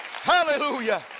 Hallelujah